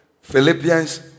philippians